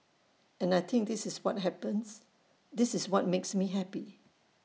and I think this is what happens this is what makes me happy